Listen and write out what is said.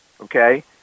okay